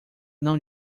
não